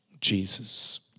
Jesus